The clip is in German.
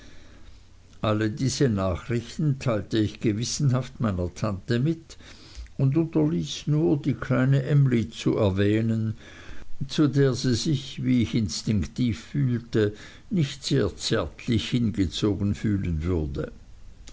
alle diese nachrichten teilte ich gewissenhaft meiner tante mit und unterließ nur die kleine emly zu erwähnen zu der sie sich wie ich instinktiv fühlte nicht sehr zärtlich hingezogen fühlen würde